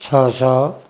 ଛଅଶହ